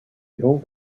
old